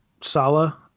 Sala